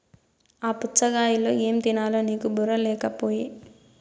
ఆ పుచ్ఛగాయలో ఏం తినాలో నీకు బుర్ర లేకపోయె